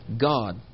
God